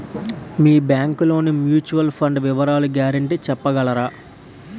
మీ bank లోని mutual fund వివరాల guarantee చెప్పగలరా?